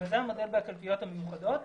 וזה המודל בקלפיות המיוחדות,